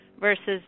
versus